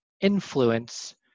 influence